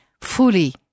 fully